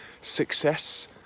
success